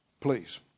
please